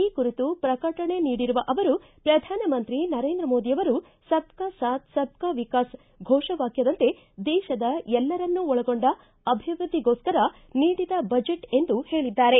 ಈ ಕುರಿತು ಪ್ರಕಟಣೆ ನೀಡಿರುವ ಅವರು ಪ್ರಧಾನಮಂತ್ರಿ ನರೇಂದ್ರ ಮೋದಿ ಅವರು ಸಬ್ ಕಾ ಸಾಥ್ ಸಬ್ ಕಾ ವಿಕಾಸ್ ಘೋಷ ವಾಕ್ಕದಂತೆ ದೇಶದ ಎಲ್ಲರನ್ನೊಳಗೊಂಡ ಅಭಿವೃದ್ದಿಗೋಸ್ಕರ ನೀಡಿದ ಬಜೆಟ್ ಎಂದು ಹೇಳಿದ್ದಾರೆ